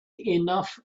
enough